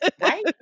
Right